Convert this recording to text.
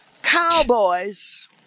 Cowboys